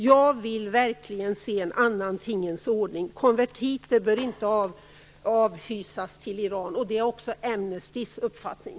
Jag vill verkligen se en annan tingens ordning. Konvertiter bör inte avhysas till Iran. Det är också Amnestys uppfattning.